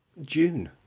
June